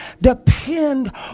depend